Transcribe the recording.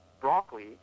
broccoli